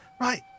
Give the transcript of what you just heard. Right